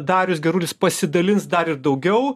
darius gerulis pasidalins dar ir daugiau